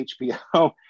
HBO